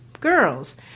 girls